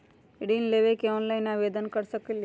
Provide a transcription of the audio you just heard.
ऋण लेवे ला ऑनलाइन से आवेदन कर सकली?